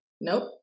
nope